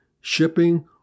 shipping